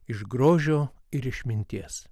iš grožio ir išminties